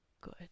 Good